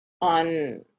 on